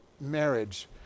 marriage